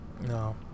No